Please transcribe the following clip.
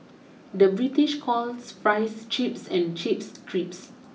the British calls fries chips and chips crisps